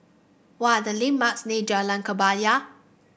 what are the landmarks near Jalan Kebaya